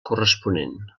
corresponent